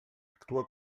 actua